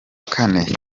kane